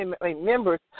members